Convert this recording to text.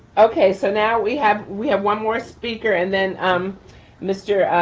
okay, so now we have we have one more speaker and then um mr.